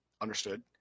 Understood